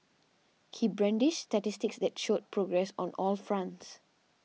he brandished statistics that showed progress on all fronts